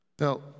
Now